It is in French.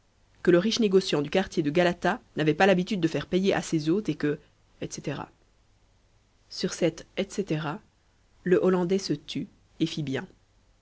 que le riche négociant du quartier de galata n'avait pas l'habitude de faire payer à ses hôtes et que etc sur cet et caetera le hollandais se tut et